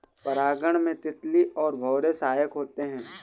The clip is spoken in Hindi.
परागण में तितली और भौरे सहायक होते है